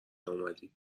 اومدی